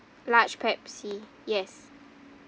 large pepsi yes